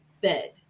bed